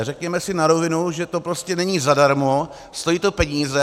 Řekněme si na rovinu, že to prostě není zadarmo, stojí to peníze.